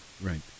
Right